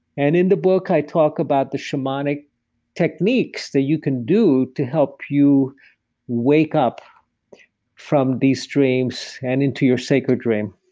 and in the book, i talk about the shamanic techniques that you can do to help you wake up from these dreams and into your sacred dream.